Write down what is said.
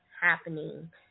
happening